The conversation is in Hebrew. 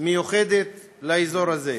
מיוחדת לאזור הזה.